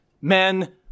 men